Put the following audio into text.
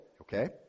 Okay